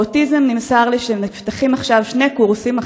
על אוטיזם נמסר לי שנפתחים עכשיו שני קורסים,